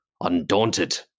Undaunted